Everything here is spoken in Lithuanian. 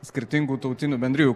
skirtingų tautinių bendrijų